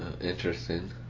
Interesting